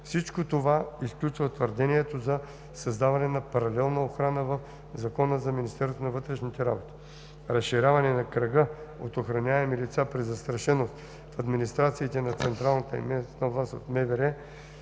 Всичко това изключва твърдението за създаване на паралелна охрана в Закона за Министерството на вътрешните работи. Разширяването на кръга от охраняеми лица при застрашеност в администрациите на централната и